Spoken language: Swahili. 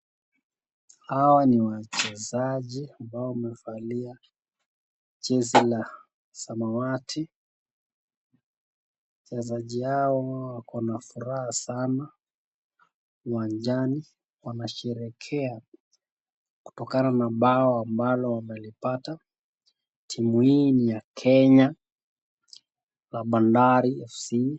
Hawa ni wachezaji ambao wamevalia jezi la samawati wachezaji hawa wakona furaha sana uwanjani wanasherekea kutokana na bao ambalo wamelipata timu hii ni ya kenya Bandari FC.